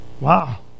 Wow